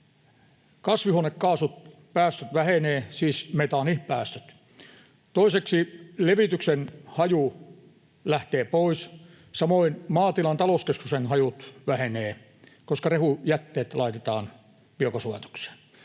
kasvihuonekaasupäästöt, siis metaanipäästöt, vähenevät. Toiseksi, levityksen haju lähtee pois, samoin maatilan talouskeskuksen hajut vähenevät, koska rehujätteet laitetaan biokaasulaitokseen.